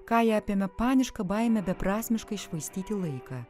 kają apėmė paniška baimė beprasmiškai švaistyti laiką